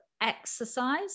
exercise